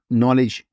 knowledge